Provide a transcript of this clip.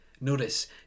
Notice